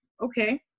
okay